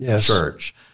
church